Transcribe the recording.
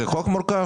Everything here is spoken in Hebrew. זה חוק מורכב.